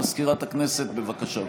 מזכירת הכנסת, בבקשה.